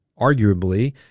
arguably